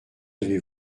avez